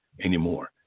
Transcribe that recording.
anymore